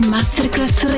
Masterclass